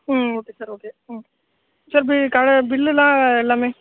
ம் okay sir okay ம் sir பி காலை பில்லெல்லாம் எல்லாமே